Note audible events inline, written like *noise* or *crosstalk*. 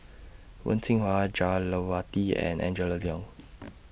Wen Jinhua Jah Lelawati and Angela Liong *noise*